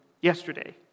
yesterday